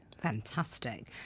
Fantastic